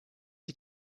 sie